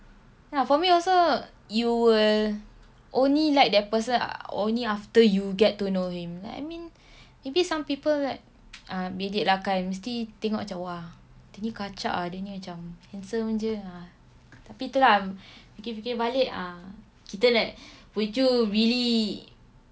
ya for me also you will only like that person only after you get to know him like I mean maybe some people mesti tengok macam !wah! dia ni kacak ah dia ni macam handsome jer ah tapi tu ah fikir-fikir balik ah kita like would you really